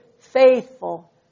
faithful